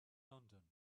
london